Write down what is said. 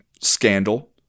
scandal